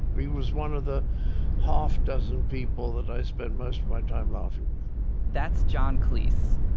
he was one of the half dozen people that i spent most of my time laughing with that's john cleese.